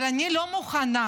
אבל אני לא מוכנה,